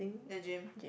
the gym